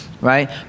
right